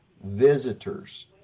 visitors